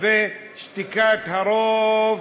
ושתיקת הרוב